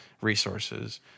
resources